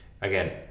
again